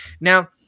Now